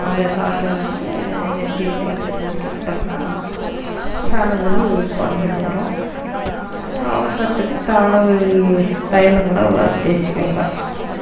அந்த சாரை வந்து நெற்றில பற்று போட்டு விட்டோம்னால் தலைவலி கொறஞ்சு போயிடும் அவசரத்துக்கு தலைவலி தைலம் கூட தேய்ச்சிக்குவோங்க